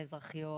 האזרחיות,